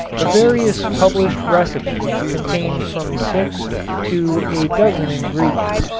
the various published recipes contain from six to a dozen ingredients,